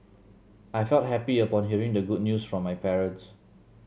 I felt happy upon hearing the good news from my parents